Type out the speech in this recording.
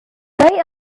they